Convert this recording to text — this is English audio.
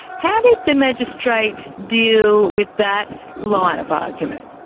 how did the magistrate deal with that line of argument?